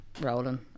rolling